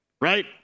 right